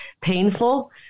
painful